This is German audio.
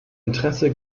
interesse